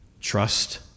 Trust